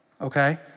okay